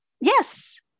Yes